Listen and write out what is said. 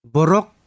Borok